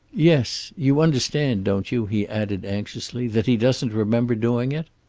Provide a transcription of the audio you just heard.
yes. you understand, don't you, he added anxiously, that he doesn't remember doing it?